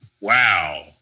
Wow